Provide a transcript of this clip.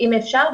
אם אפשר.